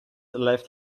left